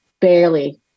barely